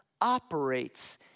operates